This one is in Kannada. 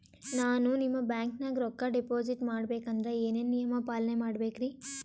ನಾನು ನಿಮ್ಮ ಬ್ಯಾಂಕನಾಗ ರೊಕ್ಕಾ ಡಿಪಾಜಿಟ್ ಮಾಡ ಬೇಕಂದ್ರ ಏನೇನು ನಿಯಮ ಪಾಲನೇ ಮಾಡ್ಬೇಕ್ರಿ?